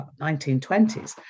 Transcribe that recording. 1920s